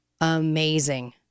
Amazing